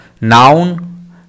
noun